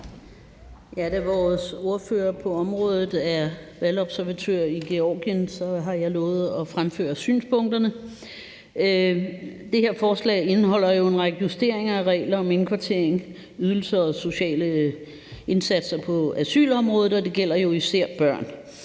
Da vores ordfører på området er valgobservatør i Georgien, har jeg lovet at fremføre synspunkterne. Det her forslag indeholder jo en række justeringer af regler om indkvartering, ydelser og sociale indsatser på asylområdet, og det gælder jo især børn.